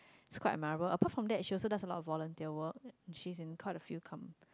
it's quite admirable apart from that she also does a lot of volunteer work she is in quite a few come